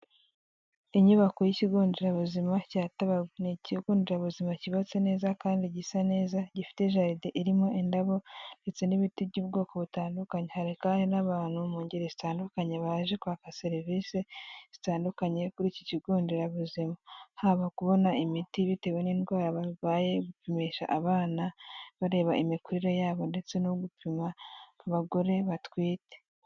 Inyubako y'ikigo nderabuzima cya Tabarwe. Ni ikigo nderabuzima cyubatse neza kandi gisa neza gifite jaride irimo indabo ndetse n'ibiti by'ubwoko butandukanye, hari kandi n'abantu mu ngeri zitandukanye baje kwaka serivisi zitandukanye kuri iki kigo nderabuzima, haba kubona imiti bitewe n'indwara barwaye, gupimisha abana bareba imikurire yabo ndetse no gupima abagore batwite.